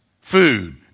food